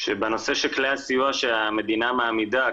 שבנושא של כלי הסיוע שהמדינה מעמידה,